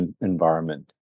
environment